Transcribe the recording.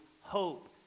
hope